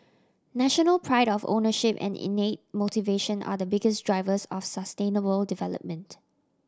national pride of ownership and innate motivation are the biggest drivers of sustainable development